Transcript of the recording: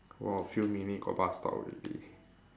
walk a few minute got bus stop already